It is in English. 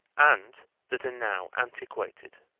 and that are now antiquated.